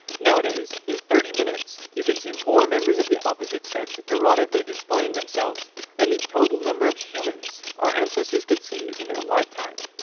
nowadays, in thirty minutes, you can see more members of the opposite sex erotically displaying themselves than the total number of humans our ancestors could see in their lifetime.